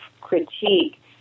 critique